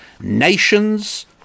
Nations